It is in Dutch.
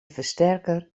versterker